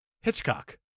Hitchcock